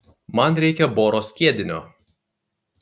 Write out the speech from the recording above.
man reikia boro skiedinio